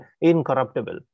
incorruptible